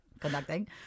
conducting